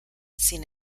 sin